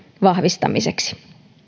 vahvistamiseksi